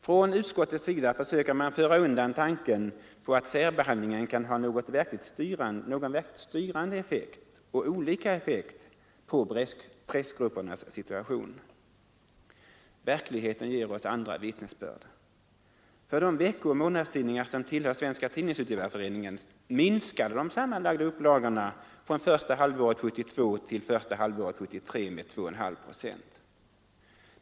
Från utskottets sida försöker man föra undan tanken på att särbehandlingen kan ha någon verkligt styrande effekt, och olika effekt, på pressgruppernas situation. Verkligheten ger oss andra vittnesbörd. För de veckooch månadstidningar som tillhör Svenska tidningsutgivareföreningen minskade de sammanlagda upplagorna från första halvåret 1972 till första halvåret 1973 med 2,5 procent.